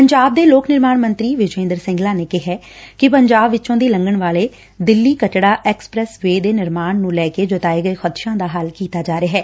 ਪੰਜਾਬ ਦੇ ਲੋਕ ਨਿਰਮਾਣ ਮੰਤਰੀ ਵਿਜੈ ਇੰਦਰ ਸਿੰਗਲਾ ਨੇ ਕਿਹੈ ਕਿ ਪੰਜਾਬ ਵਿਚੋਂ ਦੀ ਲੰਘਣ ਵਾਲੇ ਦਿੱਲੀ ਕਟੜਾ ਐਕਸਪੈਸ ਵੇ ਦੇ ਨਿਰਮਾਣ ਨੂੰ ਲੈ ਕੇ ਜਤਾਏ ਗਏ ਖ਼ਦਸ਼ਿਆਂ ਦਾ ਹੱਲ ਕੀਤਾ ਜਾ ਰਿਹੈ